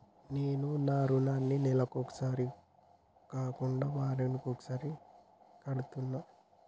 నేను నా రుణాన్ని నెలకొకసారి కాకుండా వారానికోసారి కడ్తన్నా